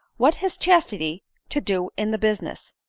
what has chastity to do in the business?